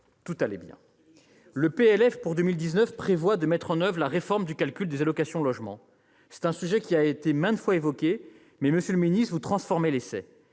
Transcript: loi de finances pour 2019 prévoit de mettre en oeuvre la réforme du calcul des allocations logement. C'est un sujet qui a été maintes fois évoqué, mais, monsieur le ministre, vous transformez l'essai.